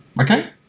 Okay